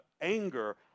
anger